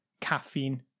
caffeine